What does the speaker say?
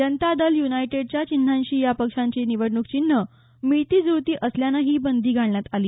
जनता दल य्नायटेडच्या चिन्हांशी या पक्षांची निवडणूक चिन्हं मिळती जुळती असल्यानं ही बंदी घालण्यात आली